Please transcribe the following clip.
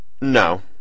No